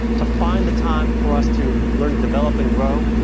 to find the time for us to learn, to develop, and grow,